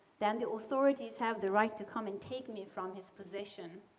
then the authorities have the right to come and take me from his position